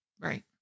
Right